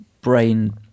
brain